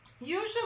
Usually